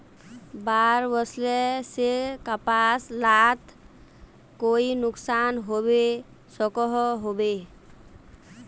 बाढ़ वस्ले से कपास लात कोई नुकसान होबे सकोहो होबे?